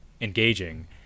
engaging